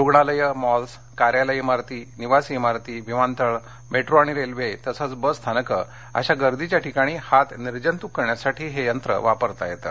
रुग्णालयं मॉल्स कार्यालय इमारती निवासी इमारती विमानतळ मेट्रो आणि रेल्वे तसंच बस स्थानकं अशा गर्दीच्या ठाकणी हात निर्जत्क करण्यासाठी हे यंत्र वापरता येतं